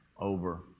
over